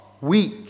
weak